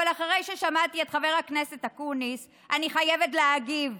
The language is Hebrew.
אבל אחרי ששמעתי את חבר הכנסת אקוניס אני חייבת להגיב.